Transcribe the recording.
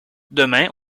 demain